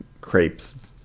crepes